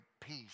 peace